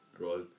Right